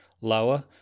lower